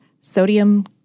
sodium